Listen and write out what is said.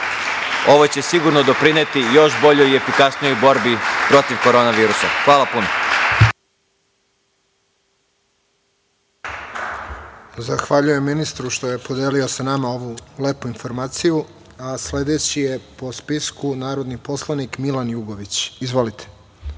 ovo će sigurno doprineti još boljoj i efikasnijoj borbi protiv korona virusa. Hvala puno.